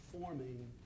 forming